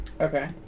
Okay